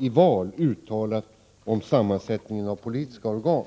i val uttalat om sammansättningen av politiska organ.